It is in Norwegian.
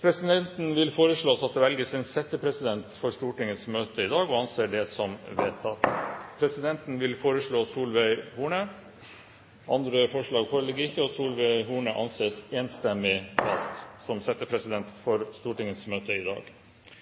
Presidenten vil foreslå at det velges en settepresident for Stortingets møte i dag – og anser det som vedtatt. Presidenten vil foreslå Solveig Horne. – Andre forslag foreligger ikke, og Solveig Horne anses enstemmig valgt som settepresident for Stortingets møte i dag.